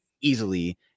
easily